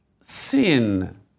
sin